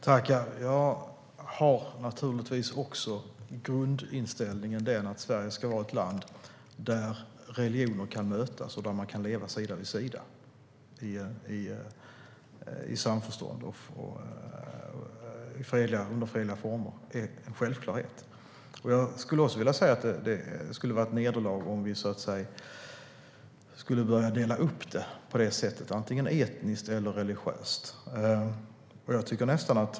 Herr talman! Jag har naturligtvis också grundinställningen att Sverige ska vara ett land där religioner kan mötas och där man kan leva sida vid sida i samförstånd i fredliga former - det är en självklarhet. Jag skulle också vilja säga att det skulle vara ett nederlag om vi skulle börja göra uppdelningar etniskt eller religiöst.